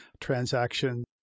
transaction